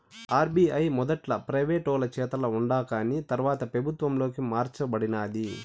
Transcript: RBI మొదట్ల ప్రైవేటోలు చేతల ఉండాకాని తర్వాత పెబుత్వంలోకి మార్స బడినాది